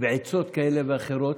ועצות כאלה ואחרות.